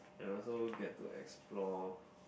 they also get to explore